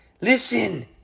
Listen